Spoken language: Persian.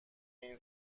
این